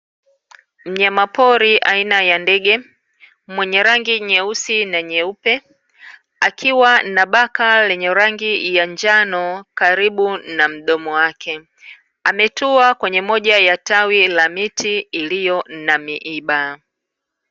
Mnyama pori aina ya ndege mwenye rangi nyeusi na nyeupe akiwa na baka lenye rangi ya njano karibu na mdomo wake, ametua kwenye moja ya tawi la miti iliyo na miba.